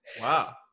Wow